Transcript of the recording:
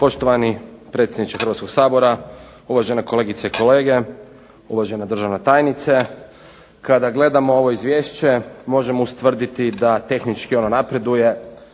Poštovani predsjedniče Hrvatskog sabora, uvažene kolegice i kolege, uvažena državna tajnice. Kada gledamo ovo izvješće možemo ustvrditi da tehnički ono napreduje.